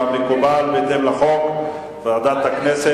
והוראת שעה) (פטור מטעמי הכרה דתית),